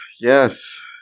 Yes